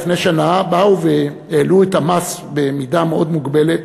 לפני שנה באו והעלו את המס במידה מאוד מוגבלת.